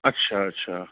अच्छा अच्छा